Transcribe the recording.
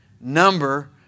number